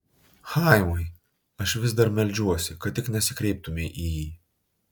chaimai aš vis dar meldžiuosi kad tik nesikreiptumei į jį